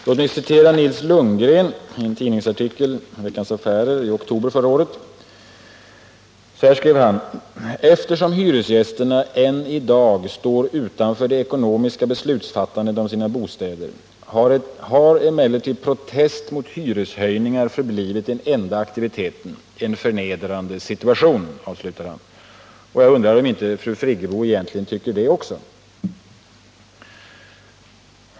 Låt mig citera Nils Lundgren i en tidningsartikel i Veckans Affärer den 20 oktober 1977: ”Eftersom hyresgästerna än i dag står utanför det ekonomiska beslutsfattandet om sina bostäder har emellertid protest mot hyreshöjningar förblivit den enda aktiviteten. En förnedrande situation.” Jag undrar om inte fru Friggebo egentligen tycker det också.